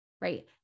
right